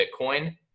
Bitcoin